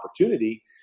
opportunity